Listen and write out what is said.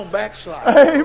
backslide